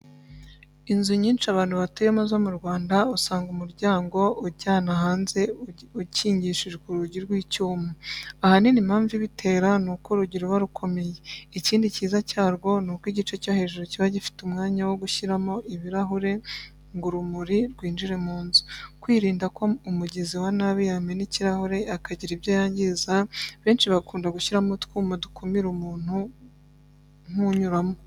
Inzu nyinshi abantu batuyemo zo mu Rwanda, usanga umuryango ujyana hanze ukingishijwe urugi rw'icyuma. Ahanini impamvu ibitera ni uko urugi ruba rukomeye. Ikindi kiza cyarwo ni uko igice cyo hejuru kiba gifite umwanya wo gushyiramo ibirahure ngo urumuri rwinjire mu nzu. Kwirinda ko umugizi wa nabi yamena ikirahure akagira ibyo yangiza, benshi bakunda gushyiramo utwuma dukumira umuntu kunyuramo.